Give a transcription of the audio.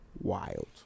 wild